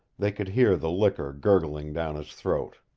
they could hear the liquor gurgling down his throat.